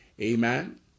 Amen